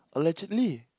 allegedly